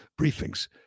briefings